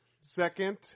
Second